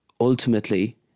ultimately